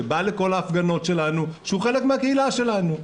שבא לכל ההפגנות שלנו והוא חלק מן הקהילה שלנו,